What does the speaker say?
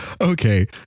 Okay